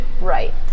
right